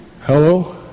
Hello